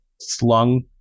slung